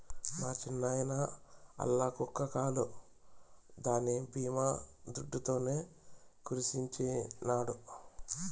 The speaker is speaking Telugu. మా చిన్నాయిన ఆల్ల కుక్క కాలు దాని బీమా దుడ్డుతోనే సరిసేయించినాడు